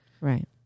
Right